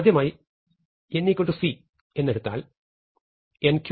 ആദ്യമായി n c എന്ന് എടുത്താൽ n3 c